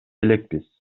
элекпиз